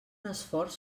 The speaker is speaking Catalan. esforç